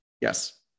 Yes